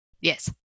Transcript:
yes